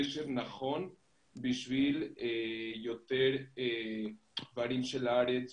את הקשר נכון בשביל יותר דברים של הארץ,